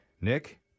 Nick